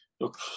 look